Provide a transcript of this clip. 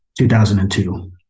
2002